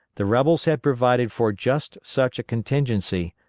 the rebels had provided for just such a contingency,